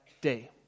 day